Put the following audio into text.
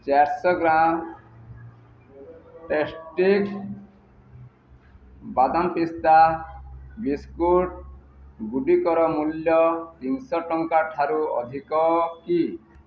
ଚାରିଶହ ଗ୍ରାମ୍ ଟେଷ୍ଟିଜ୍ ବାଦାମ୍ ପିସ୍ତା ବିସ୍କୁଟ୍ ଗୁଡ଼ିକର ମୂଲ୍ୟ ତିନିଶହ ଟଙ୍କା ଠାରୁ ଅଧିକ କି